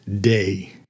day